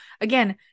again